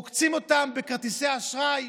עוקצים אותם בכרטיסי אשראי,